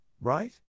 right